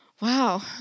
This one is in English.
Wow